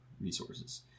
resources